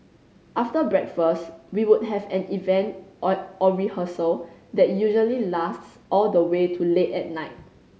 after breakfast we would have an event or or rehearsal that usually lasts all the way to late at night